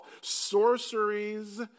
sorceries